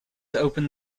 opened